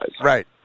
Right